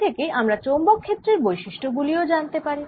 এর থেকে আমরা চৌম্বক ক্ষেত্রের বৈষিষ্ট গুলিও জানতে পারি